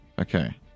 Okay